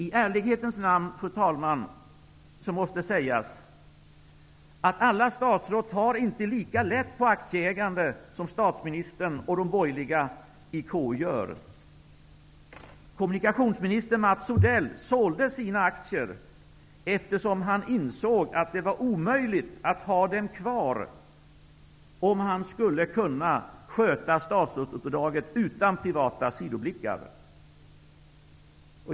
I ärlighetens man, fru talman, måste sägas att alla statsråd inte tar lika lätt på aktieägande som statsministern och de borgerliga i KU gör. Kommunikationsminister Mats Odell sålde sina aktier, eftersom han insåg att det var omöjligt att ha dem kvar om han skulle kunna sköta statsrådsuppdraget utan privata sidoblickar.